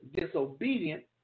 disobedient